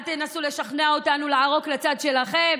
אל תנסו לשכנע אותנו לערוק לצד שלכם,